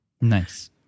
Nice